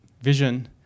vision